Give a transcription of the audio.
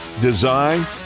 design